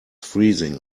freezing